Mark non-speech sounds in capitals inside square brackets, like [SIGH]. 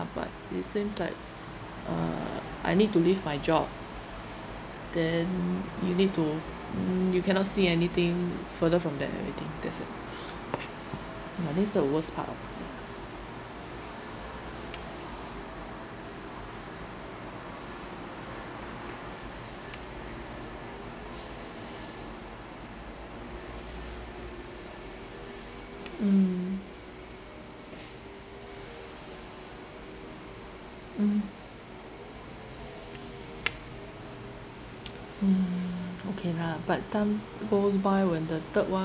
but it seems like uh I need to leave my job then you need to mm you cannot see anything further from that everything that's it uh that's the worst part of mm mm [NOISE] mm okay lah but the time goes by when the third one